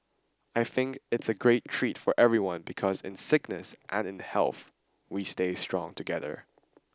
I think it's a great treat for everyone because in sickness and in health we stay strong together